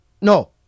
No